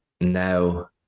now